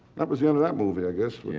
that was the end of that movie i guess.